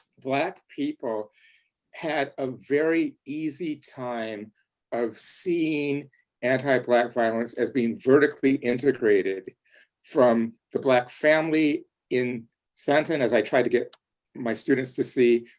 black people had a very easy time of seeing anti-black violence as being vertically integrated from the black family in sandton, as i tried to get my students to see,